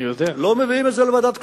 לא מביאים את זה לוועדת הכספים.